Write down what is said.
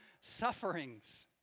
sufferings